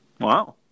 Wow